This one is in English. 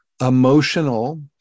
emotional